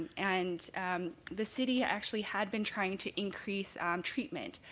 and um the city actually had been trying to increase um treatment,